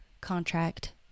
contract